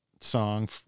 song